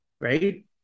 right